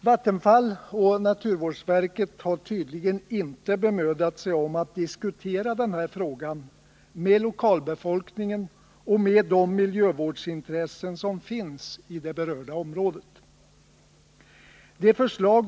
Vattenfall och naturvårdsverket har tydligen inte bemödat sig om att diskutera den här frågan med lokalbefolkningen och de miljövårdsintressen som finns i det berörda området.